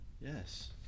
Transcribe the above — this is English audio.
Yes